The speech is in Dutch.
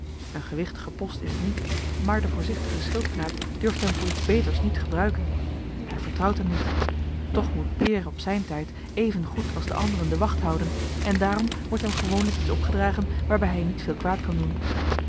een gewichtige post is het niet maar de voorzichtige schildknaap durft hem voor iets beters niet gebruiken hij vertrouwt hem niet toch moet peer op zijn tijd even goed als de anderen de wacht houden en daarom wordt hem gewoonlijk iets opgedragen waarbij hij niet veel kwaad kan doen